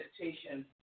meditation